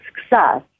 success